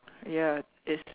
ya it's